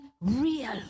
real